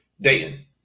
Dayton